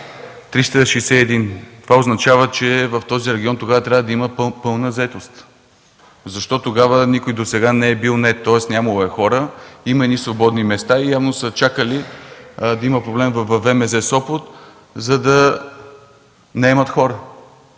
Това означава, че в този регион тогава трябва да има пълна заетост! Защо тогава никой досега не е бил нает? Тоест нямало е хора, има свободни места, но явно са чакали да има проблем във ВМЗ – Сопот, за да наемат хора.